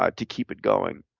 ah to keep it going.